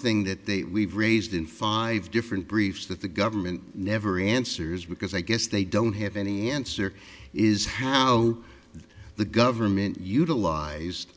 thing that they we've raised in five different briefs that the government never answers because i guess they don't have any answer is how the government utilized